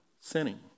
sinning